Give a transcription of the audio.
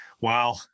Wow